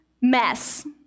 mess